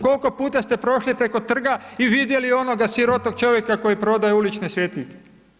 Kolko puta ste prošli preko trga i vidjeli onog sirotog čovjeka koji prodaje ulične svjetiljke?